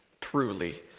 truly